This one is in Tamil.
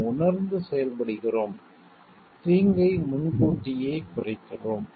நாம் உணர்ந்து செயல்படுகிறோம் தீங்கை முன்கூட்டியே குறைக்கிறோம்